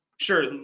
Sure